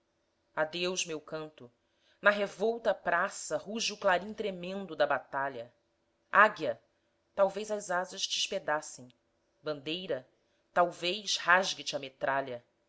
cometa adeus meu canto na revolta praça ruge o clarim tremendo da batalha águia talvez as asas te espedacem bandeira talvez rasgue te a metralha